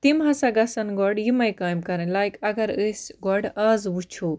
تِم ہَسا گَژھن گۄڈٕ یِمے کامہِ کَرٕنۍ لایِک اگر أسۍ گۄڈٕ آز وٕچھُو